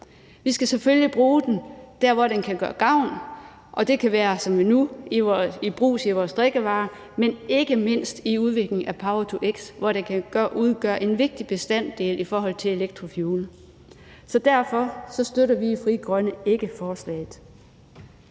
Vi skal selvfølgelig bruge den der, hvor den kan gøre gavn, og det kan være som nu som brus i vores drikkevarer, men ikke mindst i udviklingen af power-to-x, hvor det kan udgøre en vigtig bestanddel i forhold til elektrofuels. Så derfor støtter vi i Frie Grønne ikke forslaget.